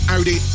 Audi